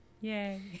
Yay